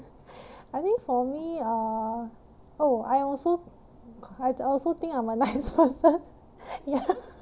I think for me uh oh I also c~ I also think I'm a nice person ya